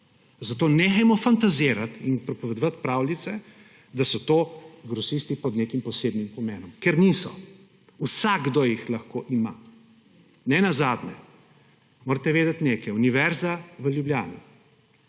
zato nehajmo fantazirati in pripovedovati pravljice, da so to grosisti pod nekim posebnim pomenom. Ker niso. Vsakdo jih lahko ima. Nenazadnje morate vedeti nekaj, Univerza v Ljubljani